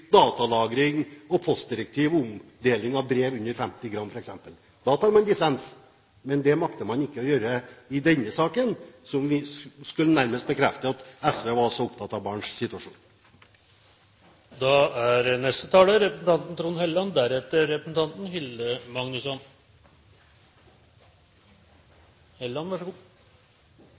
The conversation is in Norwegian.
vikarbyrådirektiv, datalagringsdirektiv, postdirektiv og omdeling av brev under 50 gram f.eks. Da tar man dissens, men det makter man ikke å gjøre i denne saken, som nærmest skulle bekrefte at SV var så opptatt av barns situasjon. Jeg antydet i mitt første innlegg at det var en viss splittelse internt i regjeringspartiene, i og med at det kun er